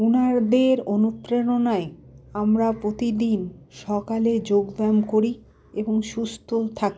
ওনাদের অনুপ্রেরণায় আমরা প্রতিদিন সকালে যোগব্যায়াম করি এবং সুস্থ থাকি